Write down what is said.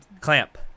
Clamp